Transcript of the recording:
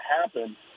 happen